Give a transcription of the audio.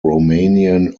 romanian